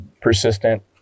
persistent